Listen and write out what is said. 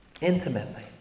intimately